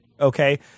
Okay